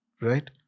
right